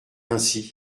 ainsi